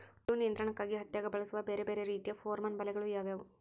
ಹುಳು ನಿಯಂತ್ರಣಕ್ಕಾಗಿ ಹತ್ತ್ಯಾಗ್ ಬಳಸುವ ಬ್ಯಾರೆ ಬ್ಯಾರೆ ರೇತಿಯ ಪೋರ್ಮನ್ ಬಲೆಗಳು ಯಾವ್ಯಾವ್?